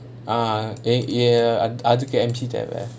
ஏன் ஏன் அதுக்கு:yaen yaen athukku M_C தேவ:theava